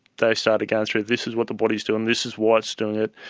they started going through this is what the body's doing, this is why it's doing it,